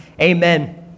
Amen